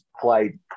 played